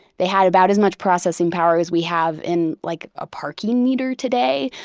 they had about as much processing power as we have in like a parking meter today,